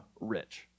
rich